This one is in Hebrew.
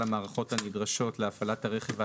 המערכות הנדרשות להפעלת הרכב העצמאי",